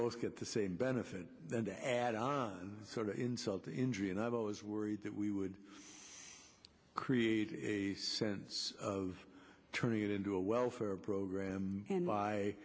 both get the same benefit then to add on sort of insult to injury and i've always worried that we would create a sense of turning it into a welfare program by